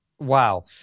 Wow